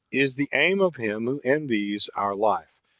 is the aim of him who envies our life,